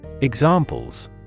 Examples